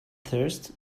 thirst